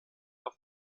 auf